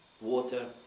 Water